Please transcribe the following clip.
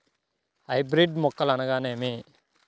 Hybrid మొక్కలు అనగానేమి?